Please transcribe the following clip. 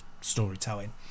storytelling